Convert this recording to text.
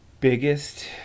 biggest